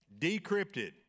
decrypted